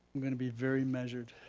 gonna be very measured.